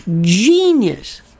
genius